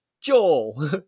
Joel